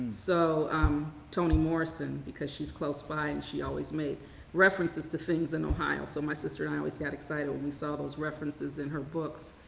so um toni morrison because she's close by and she always made references to things in ohio, so my sister and i always got excited when we saw those references in her books.